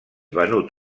venut